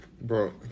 bro